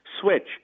switch